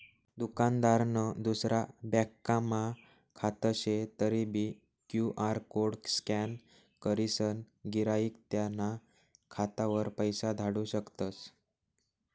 दुकानदारनं दुसरा ब्यांकमा खातं शे तरीबी क्यु.आर कोड स्कॅन करीसन गिराईक त्याना खातावर पैसा धाडू शकतस